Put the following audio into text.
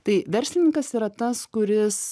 tai verslininkas yra tas kuris